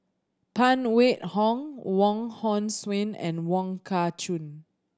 Phan Wait Hong Wong Hong Suen and Wong Kah Chun